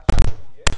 מה שלא יהיה,